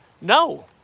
No